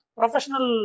professional